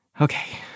Okay